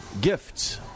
gifts